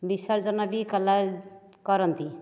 ବିସର୍ଜନ ବି କରନ୍ତି